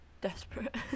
Desperate